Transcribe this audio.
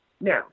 now